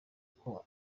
uko